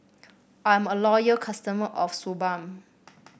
I am a loyal customer of Suu Balm